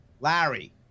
Larry